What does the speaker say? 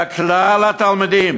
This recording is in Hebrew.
אלא על כלל התלמידים,